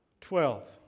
Twelve